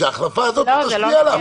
שההחלפה הזאת לא תשפיע עליו.